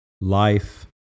life